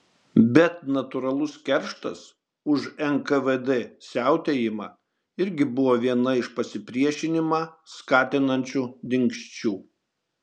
bet natūralus kerštas už nkvd siautėjimą irgi buvo viena iš pasipriešinimą skatinančių dingsčių